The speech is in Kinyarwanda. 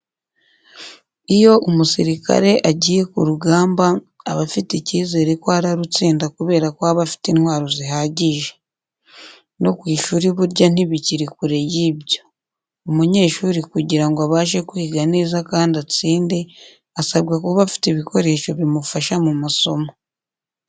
Iyo umusirikare agiye ku rugamba aba afite icyizere ko ararutsinda kubera ko aba afite intwaro zihagije. No ku ishuri burya ntibiri kure y'ibyo. Umunyeshuri kugira ngo abashe kwiga neza kandi atsinde, asabwa kuba afite ibikoresho bimufasha mu masomo.